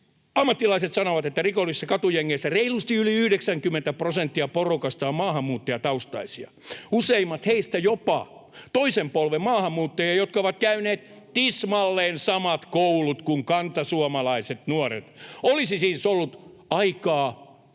Ammattilaiset sanovat että rikollis- ja katujengeissä reilusti yli 90 prosenttia porukasta on maahanmuuttajataustaisia, useimmat heistä jopa toisen polven maahanmuuttajia, jotka ovat käyneet tismalleen samat koulut kuin kantasuomalaiset nuoret. Olisi siis ollut aikaa oppia